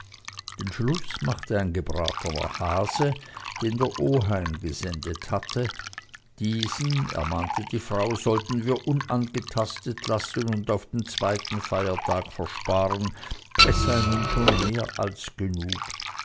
den schluß machte ein gebratener hase den der oheim gesendet hatte diesen ermahnte die frau sollten wir unangetastet lassen und auf den zweiten feiertag versparen es sei nun schon mehr als genug